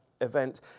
event